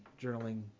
journaling